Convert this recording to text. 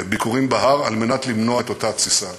ביקורים בהר, כדי למנוע את אותה תסיסה.